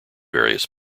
various